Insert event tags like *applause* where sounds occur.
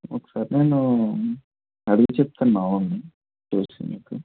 ఒకసారి నేను అడిగి చెప్తాను మా వాళ్ళని *unintelligible*